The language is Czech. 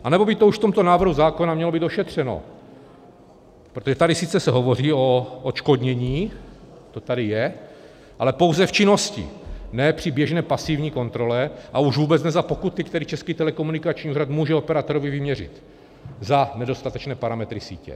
Anebo by to už v tomto návrhu zákona mělo být ošetřeno, protože tady se sice hovoří o odškodnění, to tady je, ale pouze v činnosti, ne při běžné pasivní kontrole, a už vůbec ne za pokuty, které Český telekomunikační úřad může operátorovi vyměřit za nedostatečné parametry sítě.